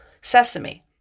sesame